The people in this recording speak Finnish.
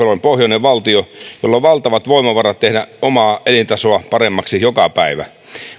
pohjoinen valtio jolla on valtavat voimavarat tehdä omaa elintasoa paremmaksi joka päivä